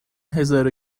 هزارو